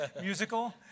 musical